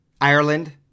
Ireland